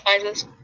sizes